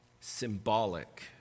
symbolic